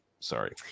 Sorry